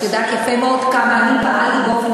את יודעת יפה מאוד כמה אני פעלתי באופן